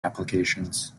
applications